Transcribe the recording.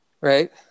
right